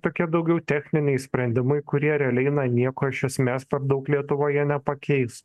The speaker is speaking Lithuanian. tokie daugiau techniniai sprendimai kurie realiai na nieko iš esmės per daug lietuvoje nepakeis